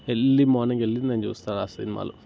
early morning వెళ్ళి నేను చూస్తాను ఆ సినిమాలు